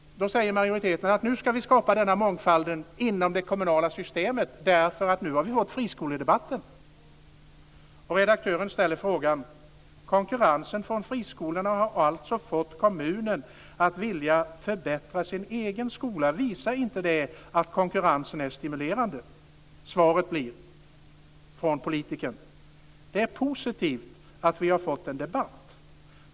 Då säger majoriteten att man nu ska skapa denna mångfald inom det kommunala systemet därför att man nu har fått friskoledebatten. Redaktören ställer frågan: "Konkurrensen från friskolorna har alltså fått kommunen att vilja förbättra sin egen skola. Visar inte det att konkurrensen är stimulerande?" Svaret från politikern blir: "Det är positivt att vi har fått en debatt.